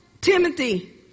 Timothy